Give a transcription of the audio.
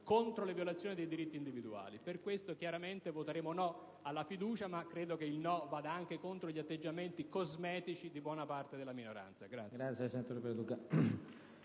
contro le violazioni dei diritti individuali. Per questo voteremo no alla fiducia: ma credo che il no vada anche contro gli atteggiamenti cosmetici di buona parte della minoranza.